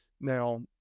Now